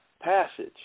passage